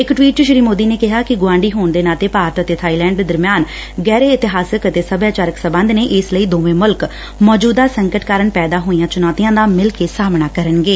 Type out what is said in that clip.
ਇਕ ਟਵੀਟ ਚ ਸੀ ਮੋਦੀ ਨੇ ਕਿਹਾ ਕਿ ਗੁਆਂਢੀ ਹੋਣ ਦੇ ਨਾਤੇ ਭਾਰਤ ਅਤੇ ਬਾਈਲੈਡ ਦਰਮਿਆਨ ਗਹਿਰੇ ਇਤਿਹਾਸਕ ਅਤੇ ਸਭਿਆਚਾਰਕ ਸਬੰਧ ਨੇ ਇਸ ਦੋਵੇਂ ਮੁਲਕ ਮੌਚਦਾ ਸੰਕਟ ਕਾਰਨ ਪੈਦਾ ਹੋਈਆਂ ਚੁਣੌਤੀਆਂ ਦਾ ਮਿਲਕੇ ਸਾਹਮਣਾ ਕਰਨਗੇ